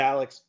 Alex